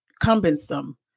cumbersome